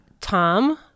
Tom